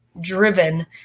driven